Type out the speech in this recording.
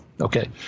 Okay